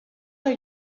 are